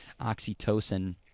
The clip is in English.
oxytocin